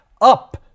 up